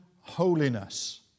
holiness